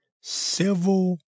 civil